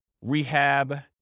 rehab